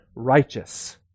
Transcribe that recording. righteous